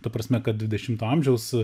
ta prasme kad dvidešimto amžiaus